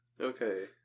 okay